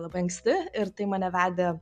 labai anksti ir tai mane vedė